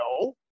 No